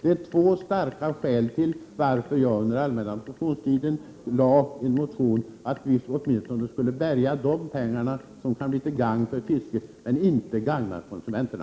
Det är två starka skäl till att jag under allmänna motionstiden väckte denna motion om att vi åtminstone skulle bärga de pengar som kan bli till gagn för fiskenäringen men inte gagnar konsumenterna.